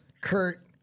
Kurt